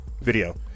video